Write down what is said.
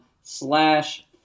slash